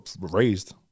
raised